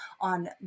on